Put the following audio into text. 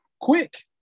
Quick